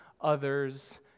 others